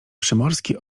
przymorski